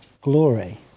glory